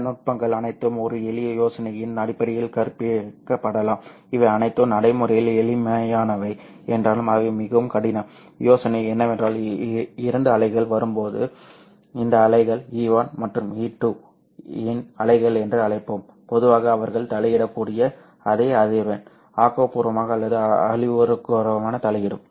இந்த நுட்பங்கள் அனைத்தும் ஒரு எளிய யோசனையின் அடிப்படையில் கற்பிக்கப்படலாம் இவை அனைத்தும் நடைமுறையில் எளிமையானவை என்றாலும் அவை மிகவும் கடினம் யோசனை என்னவென்றால் இரண்டு அலைகள் வரும்போது இதை அலைகள் E1 மற்றும் E2 இன் அலைகள் என்று அழைப்போம் பொதுவாக அவர்கள் தலையிடக்கூடிய அதே அதிர்வெண் ஆக்கபூர்வமாக அல்லது அழிவுகரமாக தலையிடும்